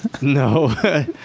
No